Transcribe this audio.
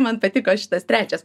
man patiko šitas trečias